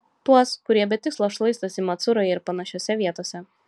tuos kurie be tikslo šlaistosi macuroje ir panašiose vietose